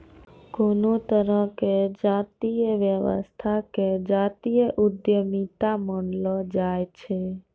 कोनो तरहो के जातीय व्यवसाय के जातीय उद्यमिता मानलो जाय छै